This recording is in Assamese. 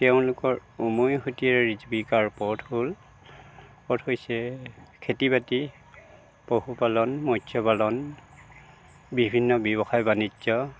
তেওঁলোকৰ উমৈহতীয়া জীৱিকাৰ পথ হ'ল পথ হৈছে খেতি বাতি পশু পালন মৎস পালন বিভিন্ন ব্যৱসায় বাণিজ্য